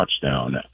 touchdown